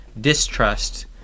distrust